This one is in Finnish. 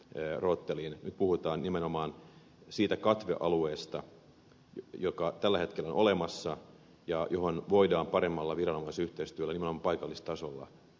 nyt puhutaan nimenomaan siitä katvealueesta joka tällä hetkellä on olemassa ja johon voidaan paremmalla viranomaisyhteistyöllä nimenomaan paikallistasolla pureutua